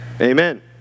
Amen